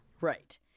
Right